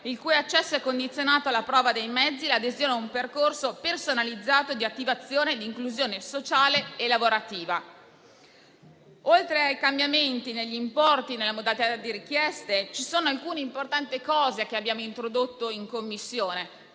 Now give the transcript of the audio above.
il cui accesso è condizionato alla prova dei mezzi e all'adesione a un percorso personalizzato di attivazione e di inclusione sociale e lavorativa. Oltre ai cambiamenti negli importi e nella modalità di richiesta, ci sono alcune cose importanti che abbiamo introdotto in Commissione.